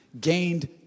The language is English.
gained